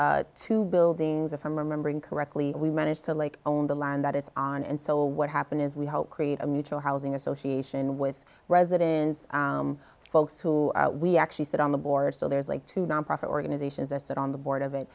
to buildings if i'm remembering correctly we managed to lake own the land that it's on and so what happened is we helped create a mutual housing association with residents folks who we actually sit on the board so there's like two nonprofit organizations that sit on the board of